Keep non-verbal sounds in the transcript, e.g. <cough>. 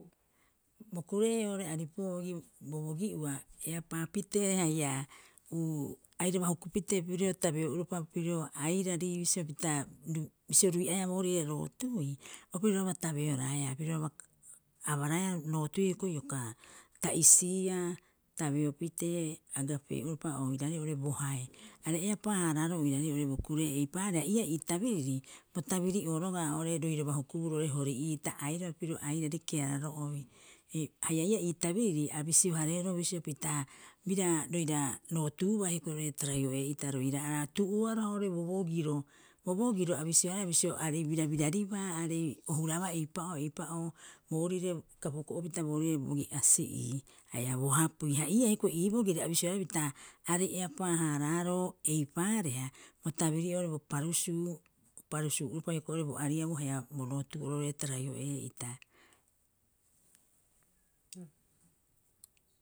Bo kure'ee oo'ore aripu bogi bobogi'ua epaapitee haia uu airaba hukupitee pirio tabeo'uropa pirio airari bisio pita bisio rui'aea boorire rootuui. o piroraba tabeoraea piroraba abaraea rootuui hioko'i ioka tasiia tabeopitee agapee'uopa oirarei oo'ore bohae are eapaa- haaraaroo oiraarei oo'ore bo kure'ee eipaareha ii'aa ii tabiriri, bo tabiri'oo roga'a oo'ore roiraba hukubuu roo'ore Hori'iita airaba pirio airari keararo'obi <hesitation> haia ii'aa ii tabiriri a bisio- hareeroo bisio pita bira roira rootuubaa hioko'i roo'ore Taraioee'ita roira'ara tu'uoaroha oo'ore bobogiro. Bobogiro a bisioea bisio, aarei birabiraribaa aarei o hurabaa eipaa'oo- eipa'oo boorire kapuko'opita boorire bo gi'asi'ii haia bo hapui ha ii'aa hioko'i ii bogiri a bisioea pita aarei epaa- haaraaroo eipaareha, bo tabiri'oo bo parusuu o parusuu'uopa hioko'i bo ariabuu haia bo rootu'oroarei Taraioee'ita.